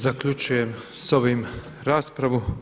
Zaključujem s ovim raspravu.